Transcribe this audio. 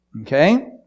okay